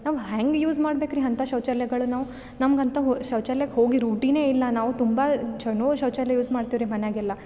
ನಾವು ಹೆಂಗೆ ಯೂಸ್ ಮಾಡ್ಬೇಕು ರೀ ಅಂತ ಶೌಚಾಲಯಗಳನ್ನು ನಾವು ನಮ್ಗೆ ಅಂಥವು ಶೌಚಾಲಯಕ್ಕೆ ಹೋಗಿ ರೂಢಿನೇ ಇಲ್ಲ ನಾವು ತುಂಬ ಚನೋ ಶೌಚಾಲಯ ಯೂಸ್ ಮಾಡ್ತೀವಿ ರೀ ಮನೆಯಾಗೆಲ್ಲ